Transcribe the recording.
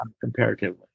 Comparatively